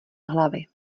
hlavy